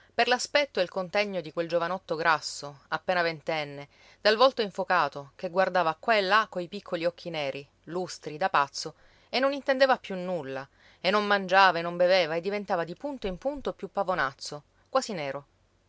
per l'aspetto e il contegno di quel giovanotto grasso appena ventenne dal volto infocato che guardava qua e là coi piccoli occhi neri lustri da pazzo e non intendeva più nulla e non mangiava e non beveva e diventava di punto in punto più pavonazzo quasi nero